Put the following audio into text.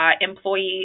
employees